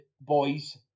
boys